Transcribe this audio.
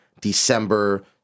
December